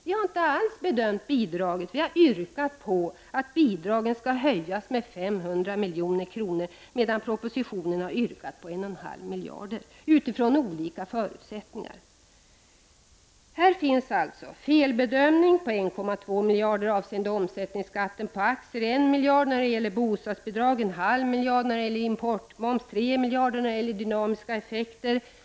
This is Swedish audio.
Vi har inte alls bedömt bidraget — vi har yrkat på att bidragen skall höjas med 500 milj.kr., medan propositionen har yrkat på 1,5 miljarder utifrån olika förutsättningar. Här finns således felbedömningar på 1,2 miljarder avseende omsättningsskatten på aktier, 1 miljard när det gäller bostadsbidrag, 0,5 miljarder när det gäller importmoms, 3 miljarder beträffande dynamiska effekter osv.